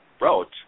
wrote